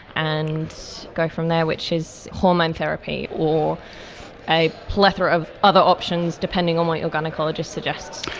and go from there, which is hormone therapy or a plethora of other options, depending on what your gynaecologist suggests.